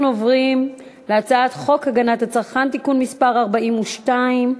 אנחנו עוברים להצעת חוק הגנת הצרכן (תיקון מס' 42),